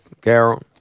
Carol